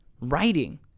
writing